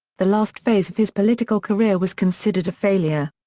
the last phase of his political career was considered a failure.